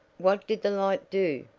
what did the light do?